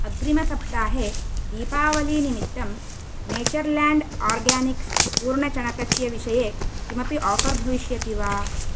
अग्रिमसप्ताहे दीपावलीनिमित्तं Natureland Organics पूर्णचणकस्य विषये किमपि आफ़र् भविष्यति वा